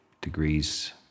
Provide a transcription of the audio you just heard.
degrees